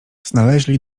znaleźli